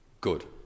good